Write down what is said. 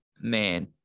man